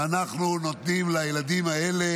ואנחנו נותנים לילדים האלה